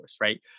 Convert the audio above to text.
right